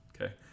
Okay